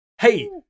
Hey